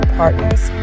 partners